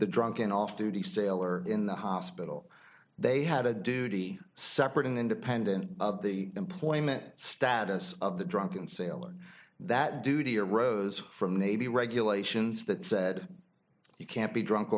the drunken off duty sailor in the hospital they had a duty separate and independent of the employment status of the drunken sailor that duty arose from nabi regulations that said you can't be drunk